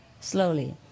slowly